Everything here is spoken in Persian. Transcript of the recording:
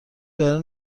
برای